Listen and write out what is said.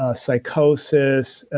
ah psychosis,